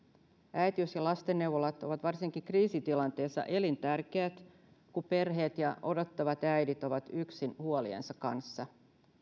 äitiys ja lastenneuvolat ovat varsinkin kriisitilanteessa elintärkeät kun perheet ja odottavat äidit ovat yksin huoliensa kanssa